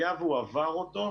היה והוא עבר אותו,